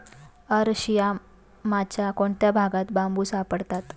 अरशियामाच्या कोणत्या भागात बांबू सापडतात?